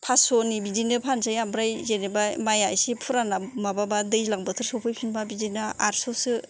फासस' नि बिदिनो फानसै ओमफ्राय जेनोबा माया एसे फुराना माबाबा दैज्लां बोथोर सफैफिनबा बिदिनो आरस'सो